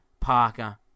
Parker